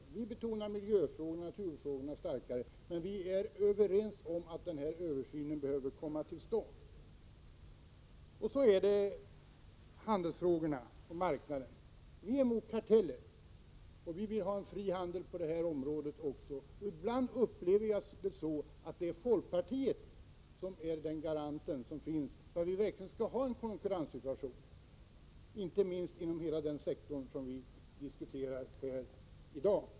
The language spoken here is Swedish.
Några betonar miljöfrågorna och naturvårdsfrågorna starkare, men vi är överens om att översynen behöver komma till stånd. När det gäller handelsfrågorna och marknadskrafterna, så är vi emot karteller och vill ha en fri handel även på det här området. Ibland upplever jag detså, att folkpartiet är garanten för att det skall vara en konkurrenssituation, inte minst inom hela den sektor som vi diskuterar här i dag.